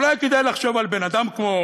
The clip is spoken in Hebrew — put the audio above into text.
אולי כדאי לחשוב על בן אדם כמו